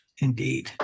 indeed